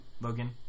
Logan